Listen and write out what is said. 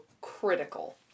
critical